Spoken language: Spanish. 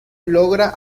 logra